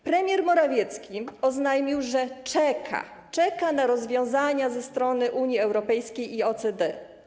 Premier Morawiecki oznajmił, że czeka na rozwiązania ze strony Unii Europejskiej i OECD.